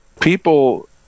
People